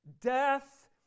Death